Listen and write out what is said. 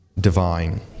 divine